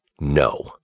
No